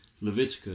Leviticus